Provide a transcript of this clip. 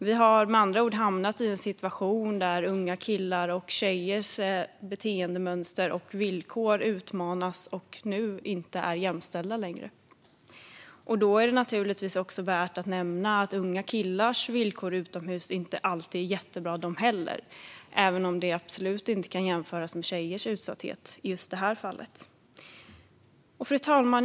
Vi har med andra ord hamnat i en situation där unga killars och tjejers beteendemönster och villkor utmanas och nu inte längre är jämställda. Då är det naturligtvis också värt att nämna att inte heller unga killars villkor utomhus alltid är jättebra, även om de absolut inte kan jämföras med tjejers utsatthet i just det här fallet. Fru talman!